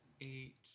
Eight